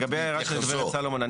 לגבי ההערה של גב' סלומון.